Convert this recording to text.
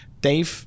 Dave